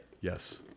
Yes